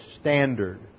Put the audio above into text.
standard